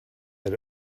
that